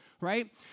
right